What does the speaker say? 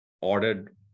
ordered